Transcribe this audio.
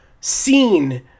seen